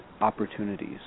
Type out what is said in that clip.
opportunities